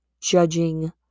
judging